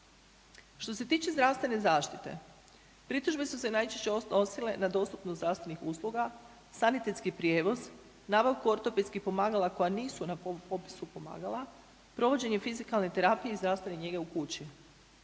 Što se tiče zdravstvene zaštite, pritužbe su se najčešće odnosile na dostupnost zdravstvenih usluga, sanitetski prijevoz, nabavku ortopedskih pomagala koje nisu na popisu pomagala, provođenje fizikalne terapije i zdravstvene njege u kući.